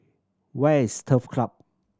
where is Turf Club